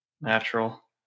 natural